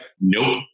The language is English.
nope